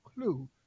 clue